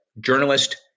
journalist